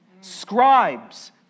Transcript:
scribes